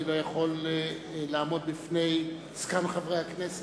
אני לא יכול לעמוד בפני זקן חברי הכנסת,